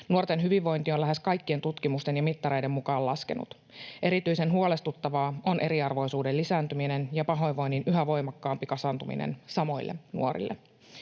Nuorten hyvinvointi on lähes kaikkien tutkimusten ja mittareiden mukaan laskenut. Erityisen huolestuttavaa on eriarvoisuuden lisääntyminen ja pahoinvoinnin yhä voimakkaampi kasaantuminen samoille nuorille.